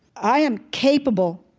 i am capable,